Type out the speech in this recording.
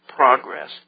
Progress